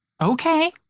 Okay